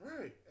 Right